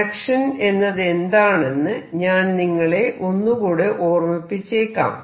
action എന്നത് എന്താണെന്ന് ഞാൻ നിങ്ങളെ ഒന്നുകൂടെ ഓർമിപ്പിച്ചേക്കാം